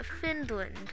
Finland